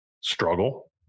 Struggle